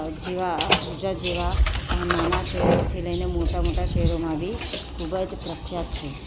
જેવા ગુજરાત જેવા આ નાના શહેરોથી લઈને મોટા મોટા શહેરોમાં બી ખૂબ જ પ્રખ્યાત છે